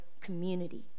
community